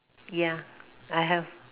ya I have